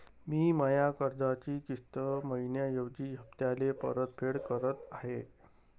मी माया कर्जाची किस्त मइन्याऐवजी हप्त्याले परतफेड करत आहे